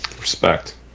Respect